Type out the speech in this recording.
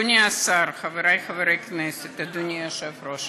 חברי חברי הכנסת, אדוני היושב-ראש,